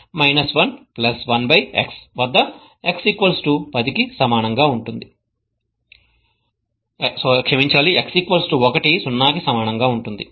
11 by x వద్ద x 1 0 కి సమానంగా ఉంటుంది